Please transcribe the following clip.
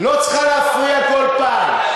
לא צריכה להפריע כל פעם.